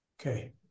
Okay